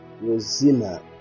Rosina